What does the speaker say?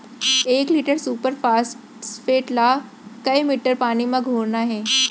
एक litre superphosphate ला कए लीटर पानी मा घोरना हे?